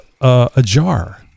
ajar